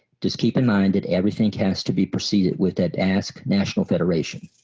just keep in mind that everything has to be preceded with that ask national federation.